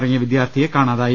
നിറങ്ങിയ വിദ്യാർത്ഥിയെ കാണാതായി